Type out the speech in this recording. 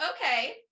Okay